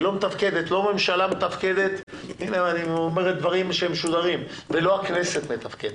לא ממשלה מתפקדת, ולא הכנסת מתפקדת.